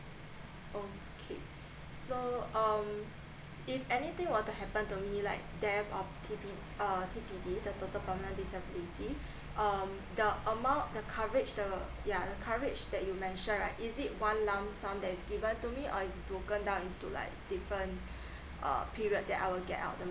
okay so um if anything were to happen to me like there have uh T_P_D the total permanent disability um the amount the coverage the yeah the coverage that you mention right is it one lump sum some that is given to me or is broken down into like different uh period that I'll get all the money